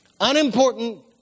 unimportant